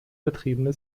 betriebene